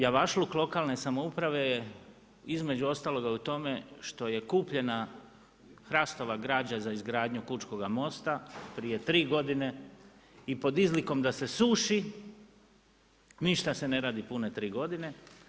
Javašluk lokalne samouprave je između ostaloga u tome što je kupljena hrastova građa za izgradnju Kučkoga mosta prije tri godine i pod izlikom da se suši ništa se ne radi pune tri godine.